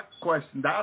question